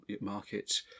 market